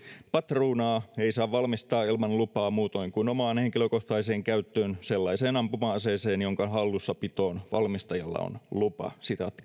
patruunaa ei saa valmistaa ilman lupaa muutoin kuin omaan henkilökohtaiseen käyttöön sellaiseen ampuma aseeseen jonka hallussapitoon valmistajalla on lupa